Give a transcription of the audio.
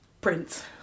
Prince